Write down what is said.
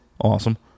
awesome